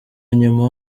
nyuma